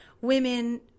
women